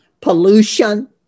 pollution